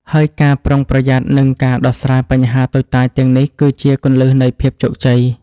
ហើយការប្រុងប្រយ័ត្ន និងការដោះស្រាយបញ្ហាតូចតាចទាំងនេះ គឺជាគន្លឹះនៃភាពជោគជ័យ។